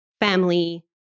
family